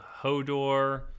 Hodor